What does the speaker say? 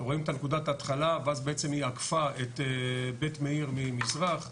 רואים את נקודת ההתחלה ואז בעצם היא עקפה את בית מאיר ממזרח,